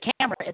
camera